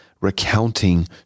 recounting